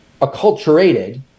acculturated